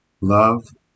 Love